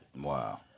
Wow